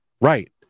Right